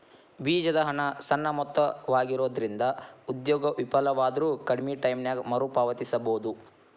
ಬೇಜದ ಹಣ ಸಣ್ಣ ಮೊತ್ತವಾಗಿರೊಂದ್ರಿಂದ ಉದ್ಯೋಗ ವಿಫಲವಾದ್ರು ಕಡ್ಮಿ ಟೈಮಿನ್ಯಾಗ ಮರುಪಾವತಿಸಬೋದು